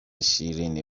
شیریننی